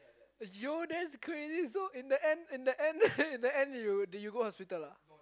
yo that's crazy so in the end in the end the end did you go hospital ah